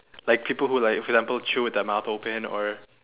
like people who like for example chew with their mouth open or